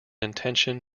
intention